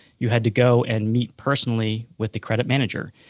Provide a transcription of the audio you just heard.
you had to go and meet personally with the credit manager,